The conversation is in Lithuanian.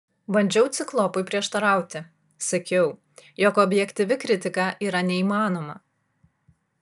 bandžiau ciklopui prieštarauti sakiau jog objektyvi kritika yra neįmanoma